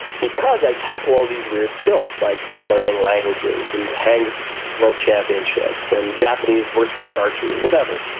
because i tackle all these weird skills, like learning languages and ten world championships and japanese horseback archery, whatever.